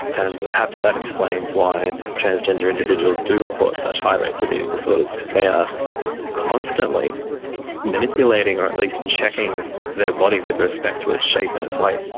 and perhaps that explains why transgender individuals do report such high rates of eating disorders because they are constantly manipulating or at least checking their body with respect to its shape and its weight.